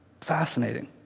Fascinating